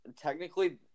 technically –